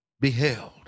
beheld